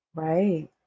Right